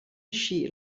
així